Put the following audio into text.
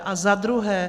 A za druhé.